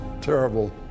terrible